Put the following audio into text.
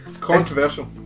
Controversial